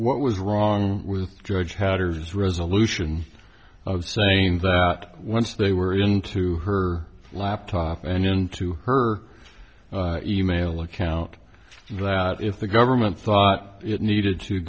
what was wrong with judge hatters resolution i was saying that once they were into her laptop and into her e mail account that if the government thought it needed to